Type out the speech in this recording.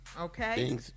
Okay